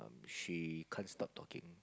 she can't stop talking